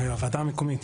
הוועדה המקומית.